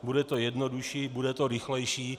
Bude to jednodušší, bude to rychlejší.